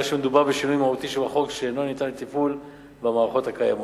הרי שמדובר בשינוי מהותי בחוק שאינו ניתן לטיפול במערכות הקיימות.